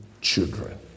children